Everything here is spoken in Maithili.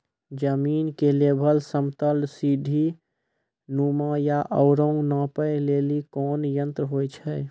जमीन के लेवल समतल सीढी नुमा या औरो नापै लेली कोन यंत्र होय छै?